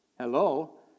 Hello